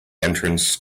entrance